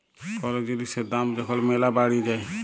call জিলিসের দাম যখল ম্যালা বাইড়ে যায়